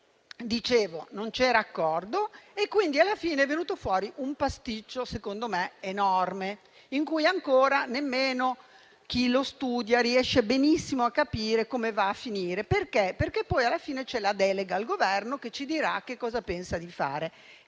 volta. Dicevo che non c'era accordo, quindi alla fine è venuto fuori un pasticcio secondo me enorme, in cui ancora nemmeno chi lo studia riesce benissimo a capire come andrà a finire, perché poi alla fine c'è la delega al Governo che ci dirà cosa pensa di fare.